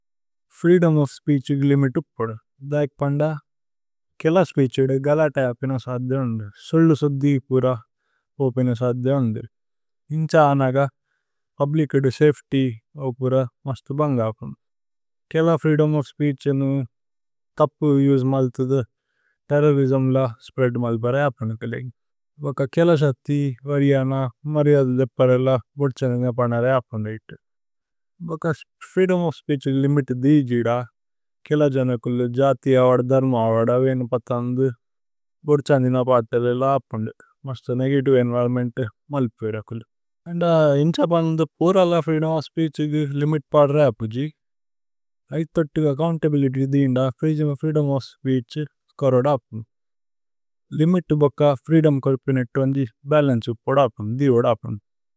Freedom of speech ഇക് limit ഉപ്പദ്। ദൈക് പന്ദ। കേല സ്പീഛ് ഇദ് ഗലത അപിന സാദ്ദേ ഉന്ദി സുല്ലു। സുദ്ദി പുര പോപിന സാദ്ദേ ഉന്ദി നിഛ അനഗ പുബ്ലിച്। ഇദ് സഫേത്യ് ഓ പുര മസ്ത് ബന്ഗ അപ്ന കേല ഫ്രീദോമ് ഓഫ്। സ്പീഛ് ഇനു തപ്പു യുജ് മല്ഥുദു തേര്രോരിസ്മ് ല സ്പ്രേഅദ്। മല് പര അപ്ന കലേഗ ഭക കേല സഥി വരിയന। മരിയല് ദേപ്പരല, വോദ്ഛന്ഗന പന്ദര അപ്ന ഇത്ത। ഭക ഫ്രീദോമ് ഓഫ് സ്പീഛ് ഇക് ലിമിത് ദീജിദ കേല ജന। കുല്ലു, ജഥി അവദ, ധര്മ അവദ, വേനു പതന്ദ। വോദ്ഛന്ഗന പാതേല ല അപ്ന മസ്ത നേഗതിവേ। ഏന്വിരോന്മേന്ത് മല്പിര കുല്ലു നിഛ പന്ദന്ദ പുരല। ഫ്രീദോമ് ഓഫ് സ്പീഛ് ഇക് ലിമിത് പദര അപ്ന ജി ഐഥോത്തു। അച്ചോഉന്തബിലിത്യ് ദീന്ദ ഫ്രീദോമ് ഓഫ് സ്പീഛ് കോരോദ। അപ്ന ലിമിത് ബക ഫ്രീദോമ് കോരോപിന। ഏത്ത ഉന്ദി ബലന്ചേ ഉപദ അപ്ന ദീവദ അപ്ന।